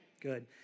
Good